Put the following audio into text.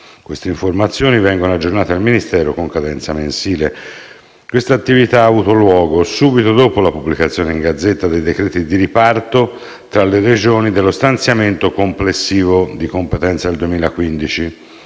Queste informazioni vengono aggiornate dal Ministero con cadenza mensile. Tale attività ha avuto luogo subito dopo la pubblicazione in *Gazzetta Ufficiale* dei decreti di riparto tra le Regioni dello stanziamento complessivo di competenza per